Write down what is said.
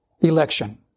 Election